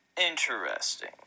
interesting